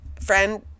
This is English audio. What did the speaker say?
friend